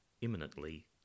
imminently